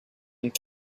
and